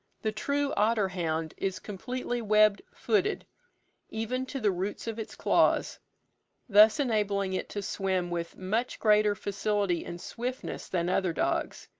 the true otter-hound is completely web-footed, even to the roots of its claws thus enabling it to swim with much greater facility and swiftness than other dogs.